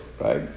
right